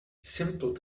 simple